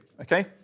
Okay